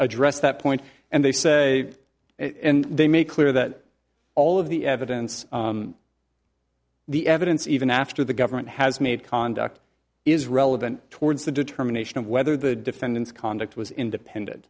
addressed that point and they say and they make clear that all of the evidence the evidence even after the government has made conduct is relevant towards the determination of whether the defendant's conduct was independent